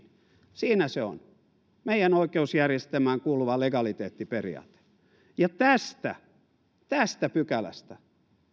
siinä se on meidän oikeusjärjestelmään kuuluva legaliteettiperiaate tästä tästä pykälästä